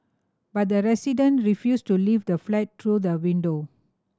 but the resident refused to leave the flat through the window